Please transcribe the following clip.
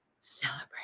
Celebrate